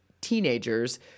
teenagers